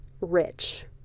rich